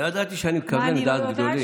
לא ידעתי שאני מכוון לדעת גדולים.